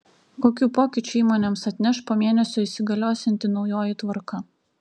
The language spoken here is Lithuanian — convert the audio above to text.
kokių pokyčių įmonėms atneš po mėnesio įsigaliosianti naujoji tvarka